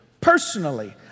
Personally